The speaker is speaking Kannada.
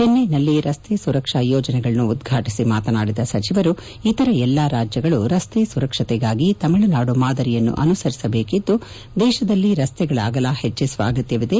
ಚೆನ್ನೈನಲ್ಲಿ ರಸ್ತೆ ಸುರಕ್ಷಾ ಯೋಜನೆಗಳನ್ನು ಉದ್ವಾಟಿಸಿ ಮಾತನಾಡಿದ ಸಚಿವರು ಇತರ ಎಲ್ಲಾ ರಾಜ್ಗಗಳು ರಸ್ತೆ ಸುರಕ್ಷತೆಗಾಗಿ ತಮಿಳುನಾಡು ಮಾದರಿಯನ್ನು ಅನುಸರಿಸಬೇಕಿದ್ದು ದೇತದಲ್ಲಿ ರಸ್ತೆಗಳ ಅಗಲ ಹೆಚ್ಚಿಸುವ ಅಗತ್ಯವಿದೆ